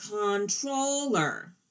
controller